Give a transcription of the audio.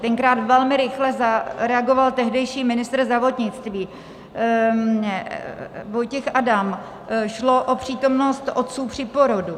Tenkrát velmi rychle zareagoval tehdejší ministr zdravotnictví Vojtěch Adam, šlo o přítomnost otců při porodu.